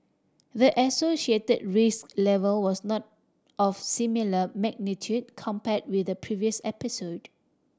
the associated risk level was not of similar magnitude compare with the previous episode